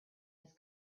his